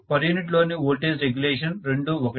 u లోని voltage regulation రెండూ ఒకటేనా